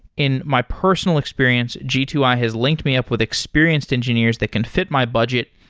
in my personal experience, g two i has linked me up with experienced engineers that can fit my budget,